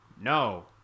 No